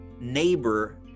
neighbor